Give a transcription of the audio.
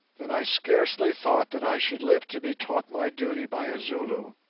that i scarcely thought that i should live to be taught my duty by a zulu